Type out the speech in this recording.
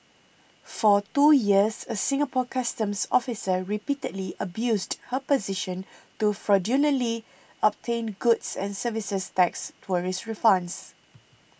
for two years a Singapore Customs officer repeatedly abused her position to fraudulently obtain goods and services tax tourist refunds